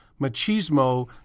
machismo